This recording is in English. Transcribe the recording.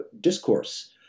discourse